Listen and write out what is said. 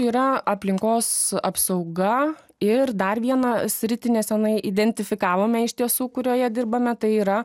yra aplinkos apsauga ir dar vieną sritį neseniai identifikavome iš tiesų kurioje dirbame tai yra